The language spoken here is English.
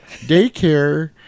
daycare